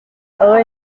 rue